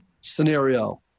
scenario